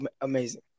amazing